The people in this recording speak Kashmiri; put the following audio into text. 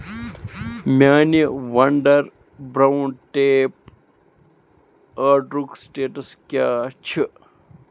میٛانہِ ونٛڈَر برٛاوُن ٹیپ آرڈرُک سِٹیٹَس کیٚاہ چھِ